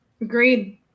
Agreed